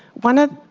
one of